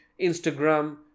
Instagram